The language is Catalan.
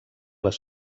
les